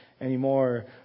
anymore